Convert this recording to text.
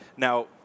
Now